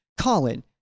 Colin